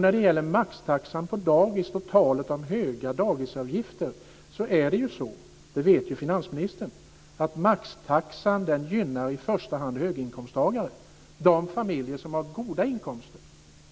När det gäller maxtaxan på dagis och talet om höga dagisavgifter är det så, det vet finansministern, att maxtaxan i första hand gynnar höginkomsttagare, de familjer som har goda inkomster.